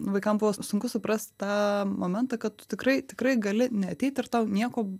vaikam buvo sunku suprast tą momentą kad tikrai tikrai gali neateit ir tau nieko